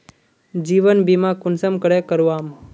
जीवन बीमा कुंसम करे करवाम?